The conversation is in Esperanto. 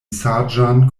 saĝan